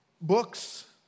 Books